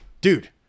dude